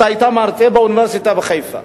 אתה היית מרצה באוניברסיטה בחיפה,